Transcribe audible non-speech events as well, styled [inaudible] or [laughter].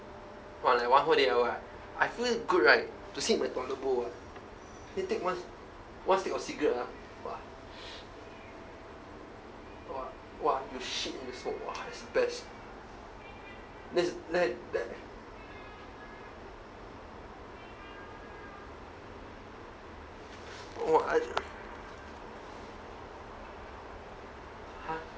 !wah! like one whole day at work ah I feel good right to sit in my toilet bowl ah then take one one stick of cigarette ah !wah! [breath] !wah! !wah! you shit and you smoke !wah! that's the best that th~ that !wah!